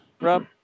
Rob